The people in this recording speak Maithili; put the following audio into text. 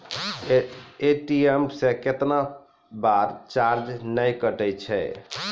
ए.टी.एम से कैतना बार चार्ज नैय कटै छै?